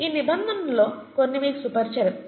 ఈ నిబంధనలలో కొన్ని మీకు సుపరిచితమే